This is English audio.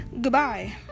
goodbye